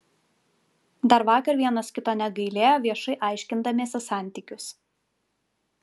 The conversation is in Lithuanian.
dar vakar vienas kito negailėjo viešai aiškindamiesi santykius